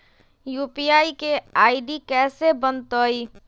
UPI के ID कैसे बनतई?